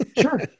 Sure